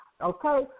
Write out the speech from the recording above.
Okay